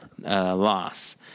loss